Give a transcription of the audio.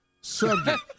Subject